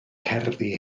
cerddi